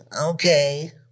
Okay